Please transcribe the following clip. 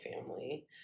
family